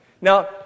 Now